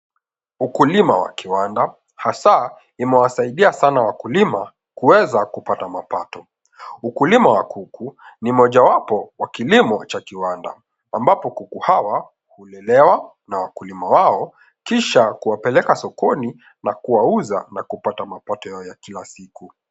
Ukulima wa kiwanda, hasaa imewasidia sana wakulimwa kuweza kupata mapato. Ukulima wa kuku ni mojawapo wa kilimo cha kiwanda ambapo kuku hawa hulelewa na wakulima wao kisha kuwapeleka sokoni na kuwauza na kupaya mapato yao ya kila siku.